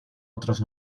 otros